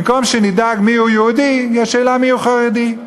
במקום שנדאג מיהו יהודי, יש שאלה מיהו חרדי.